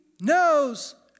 knows